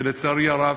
לצערי הרב,